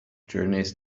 journeys